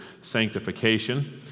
sanctification